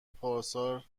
پارسال